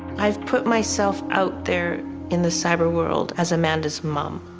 i've put myself out there in the cyber world as amanda's mom.